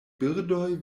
birdoj